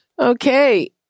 Okay